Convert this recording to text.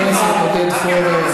חבר הכנסת עודד פורר.